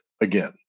again